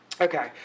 Okay